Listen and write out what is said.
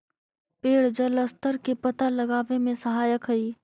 पेड़ जलस्तर के पता लगावे में सहायक हई